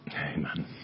Amen